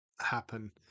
happen